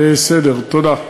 לסדר-היום.